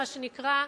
מה שנקרא,